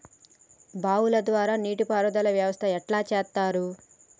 బావుల ద్వారా నీటి పారుదల వ్యవస్థ ఎట్లా చేత్తరు?